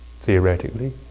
Theoretically